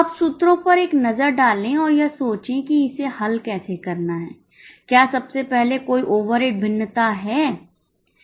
अब सूत्रों पर एक नज़र डालें और यह सोचे कि इसे हल कैसे करना है क्या सबसे पहले कोई ओवरहेड भिन्नता है